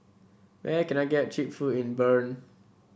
where can I get cheap food in Bern